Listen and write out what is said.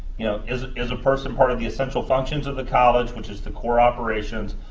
you know, is is a person part of the essential functions of the college, which is the core operations,